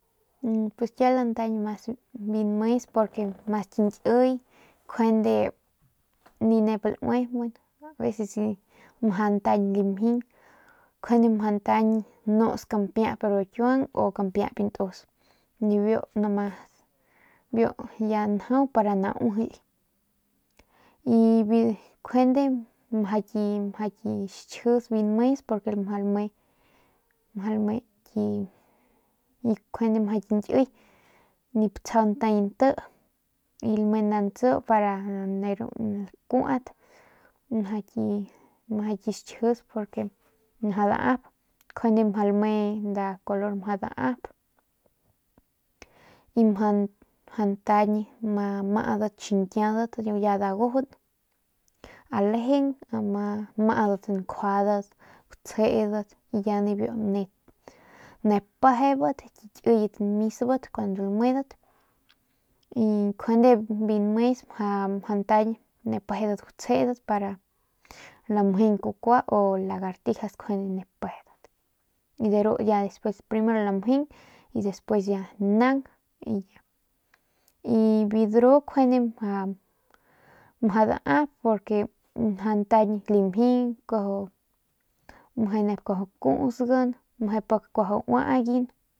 Pus kiau mjau lantañ mas biu nmes ki ñkiy ni nep laui aveces mjau ntañ lamjing njuande mjau ntañ nuts kampiep ru kiuang o kampieyp biu ntus nibiu numas ya njau pa nauijily y njuande mau ki ki ki xkjis biu nmes purke mjau lame mjau ki ñkiy nip tjau ntay nti lame nda ntsi pa de ru lakuaut mjau ki xkjis porque mjau daap njuande lame nda color mjau daap y mjau ntañ ma maudat xiñkiaudat y ya dagujun alejeng ama maudat njuadat jutsjedat y ya niu nep pejebat biu ki kiyet misbat cuando lamedat y njuande biu nmes mjau ntañ ne pajebat jutsjedat para lamjeng kukua o lagartijas njuande ne pejebat y deru ya despues primero lamjing y ya despues ya naung y biu dru njuande mjau daap porque njuande mjau ntañ lamjing meje kuaju kuusgan meje pik kuajau uaaigan.